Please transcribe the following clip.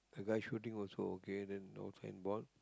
the guy shooting also okay then the signboard